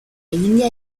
india